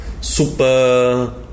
super